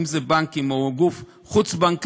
אם זה בנק או גוף חוץ-בנקאי,